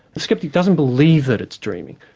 the sceptic doesn't believe that it's dreaming,